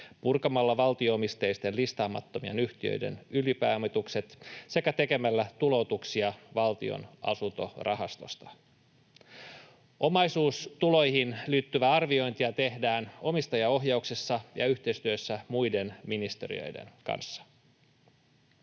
purkamalla valtio-omisteisten listaamattomien yhtiöiden ylipääomitukset sekä tekemällä tuloutuksia Valtion asuntorahastosta. Omaisuustuloihin liittyvää arviointia tehdään omistajaohjauksessa ja yhteistyössä muiden ministeriöiden kanssa.